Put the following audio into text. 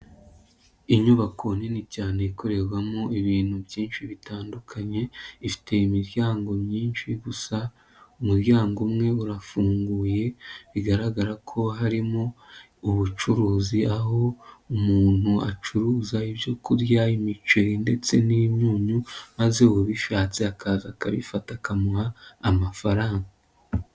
Inyubako nini cyane ikorerwamo ibintu byinshi bitandukanye ifite imiryango myinshi gusa umuryango umwe urafunguye, bigaragara ko harimo ubucuruzi aho umuntu acuruza ibyo kurya imiceri ndetse n'imyunyu, maze ubishatse akaza akabifata akamuha amafaranga.